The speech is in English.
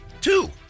two